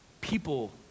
people